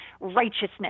righteousness